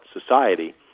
society